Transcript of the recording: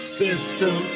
system